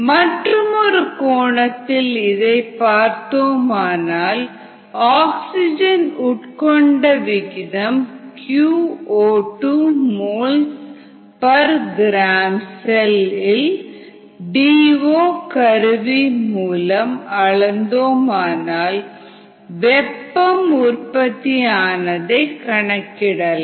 மற்றுமொரு கோணத்தில் இதை பார்த்தோமானால் ஆக்ஸிஜன் உட்கொண்ட விகிதம் qO2 moles per gram cell இல் டி ஓ கருவி மூலம் அளந்தோம் ஆனால் வெப்பம் உற்பத்தி ஆனதை கணக்கிடலாம்